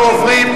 נא להוריד.